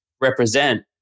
represent